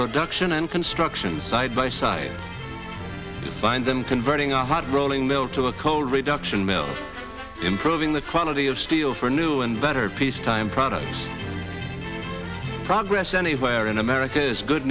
duction and construction side by side by them converting a hot rolling mill to a coal reduction mill improving the quality of steel for new and better peacetime products progress anywhere in america is good